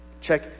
Check